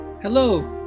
Hello